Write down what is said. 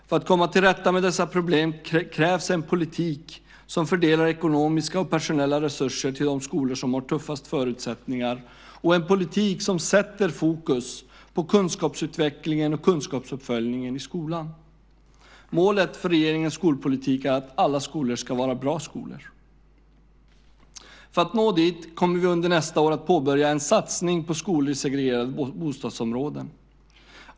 För att komma till rätta med dessa problem krävs en politik som fördelar ekonomiska och personella resurser till de skolor som har tuffast förutsättningar och en politik som sätter fokus på kunskapsutvecklingen och kunskapsuppföljningen i skolan. Målet för regeringens skolpolitik är att alla skolor ska vara bra skolor. För att nå dit kommer vi under nästa år att påbörja en satsning på skolor i segregerade bostadsområden.